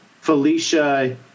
Felicia